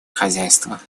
хозяйства